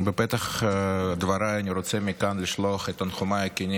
בפתח דבריי אני רוצה לשלוח מכאן את תנחומיי הכנים